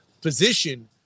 position